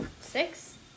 Six